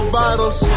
bottles